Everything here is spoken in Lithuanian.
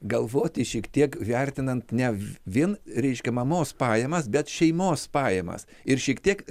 galvoti šiek tiek vertinant ne vien reiškia mamos pajamas bet šeimos pajamas ir šiek tiek